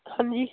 ਹਾਂਜੀ